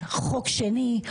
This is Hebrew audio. חוק שני,